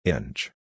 Inch